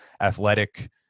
athletic